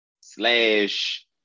slash